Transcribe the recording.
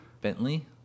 bentley